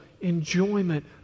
enjoyment